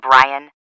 Brian